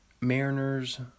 Mariners